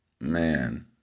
Man